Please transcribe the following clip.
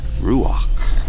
Ruach